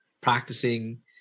practicing